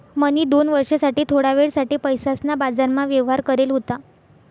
म्हणी दोन वर्ष साठे थोडा वेळ साठे पैसासना बाजारमा व्यवहार करेल होता